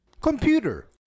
Computer